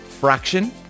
fraction